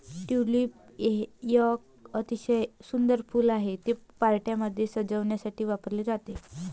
tulip एक अतिशय सुंदर फूल आहे, ते पार्ट्यांमध्ये सजावटीसाठी वापरले जाते